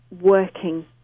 working